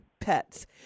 pets